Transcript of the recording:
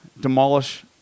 demolish